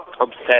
obsessed